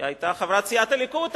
היא היתה חברת סיעת הליכוד,